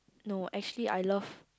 no actually I love